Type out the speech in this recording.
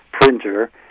printer